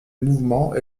mouvement